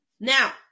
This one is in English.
Now